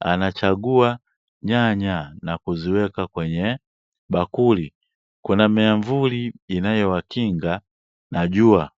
anachagua nyanya na kuziweka kwenye bakuli, kuna miamvuli inayo wakinga na jua.